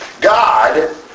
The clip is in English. God